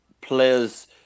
players